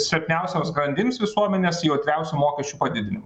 silpniausioms grandims visuomenės jautriausių mokesčių padidinimo